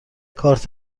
کارت